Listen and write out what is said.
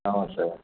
ஆமாம் சார்